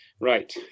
Right